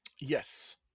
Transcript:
Yes